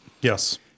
Yes